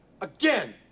again